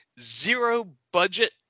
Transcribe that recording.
zero-budget